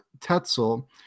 Tetzel